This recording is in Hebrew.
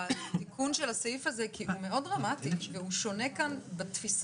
בתיקון של הסעיף הזה כי הוא מאוד דרמטי והוא שונה כאן תפיסתית